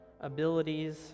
abilities